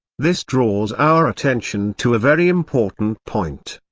this draws our attention to a very important point.